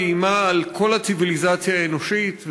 ואיימה על כל הציוויליזציה האנושית,